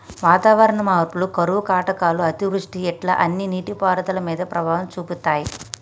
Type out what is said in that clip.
వాతావరణ మార్పులు కరువు కాటకాలు అతివృష్టి ఇట్లా అన్ని నీటి పారుదల మీద ప్రభావం చూపితాయ్